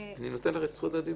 אני נותן לך את זכות הדיבור.